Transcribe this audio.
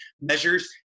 measures